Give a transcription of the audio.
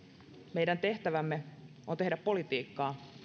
meidän tehtävämme on tehdä politiikkaa